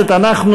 התקבלה.